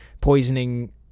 poisoning